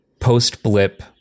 post-blip